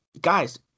Guys